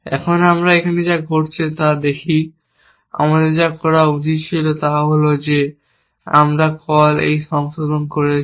এখন আমরা এখানে কি ঘটছে তা যদি দেখি আমাদের যা করা উচিত ছিল তা হল যে যখন আমরা কল এ এই সংশোধন করেছি